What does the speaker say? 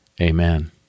Amen